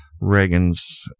Reagan's